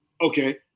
okay